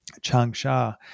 Changsha